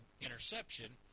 interception